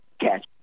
Catch